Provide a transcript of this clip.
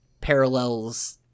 parallels